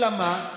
אלא מה,